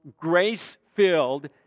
grace-filled